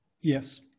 Yes